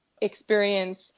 experience